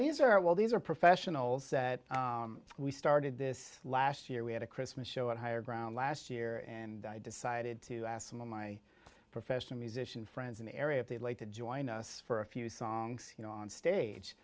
these are well these are professionals that we started this last year we had a christmas show at higher ground last year and i decided to ask some of my professional musician friends in the area if they'd like to join us for a few songs you know on stage